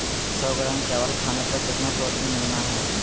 सौ ग्राम चावल खाने पर कितना प्रोटीन मिलना हैय?